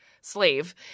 slave